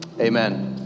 Amen